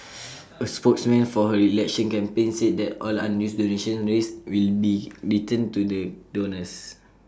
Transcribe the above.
A spokesman for her election campaign said that all unused donations raised will be returned to the donors